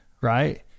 right